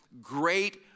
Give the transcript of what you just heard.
great